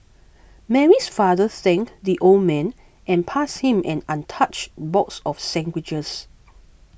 Mary's father thanked the old man and passed him an untouched box of sandwiches